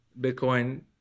Bitcoin